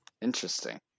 Interesting